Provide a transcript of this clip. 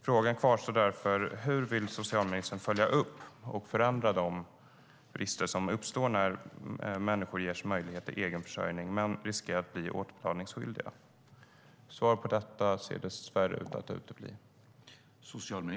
Frågan kvarstår därför: Hur vill socialministern följa upp och förändra de brister som uppstår när människor ges möjlighet till egen försörjning men riskerar att bli återbetalningsskyldiga? Svaret på detta ser dess värre ut att utebli.